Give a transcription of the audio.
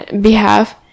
behalf